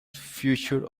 future